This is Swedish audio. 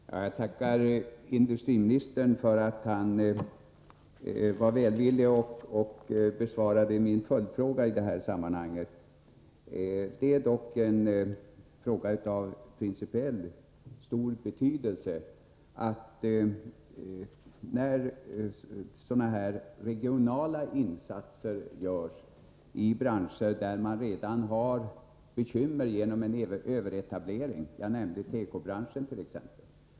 Herr talman! Jag tackar industriministern för att han var välvillig och besvarade min följdfråga i detta sammanhang. Det är dock av stor principiell betydelse när sådana här regionala insatser görs i branscher där man redan har bekymmer på grund av överetablering. Jag nämnde tekobranschen som exempel.